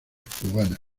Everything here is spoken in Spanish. cubana